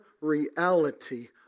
reality